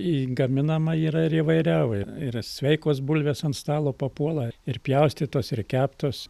į gaminamą yra ir įvairiau ir yra sveikos bulvės ant stalo papuola ir pjaustytos ir keptos